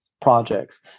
projects